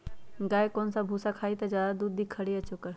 गाय कौन सा भूसा खाई त ज्यादा दूध दी खरी या चोकर?